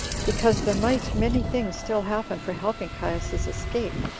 because there might many things still happen for helping caius's escape,